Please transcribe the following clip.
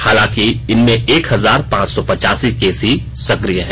हालांकि इनमें एक हजार पांच सौ पचासी केस ही सक्रिय हैं